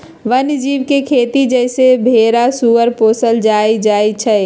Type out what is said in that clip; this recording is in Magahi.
वन जीव के खेती जइसे भेरा सूगर पोशल जायल जाइ छइ